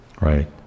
Right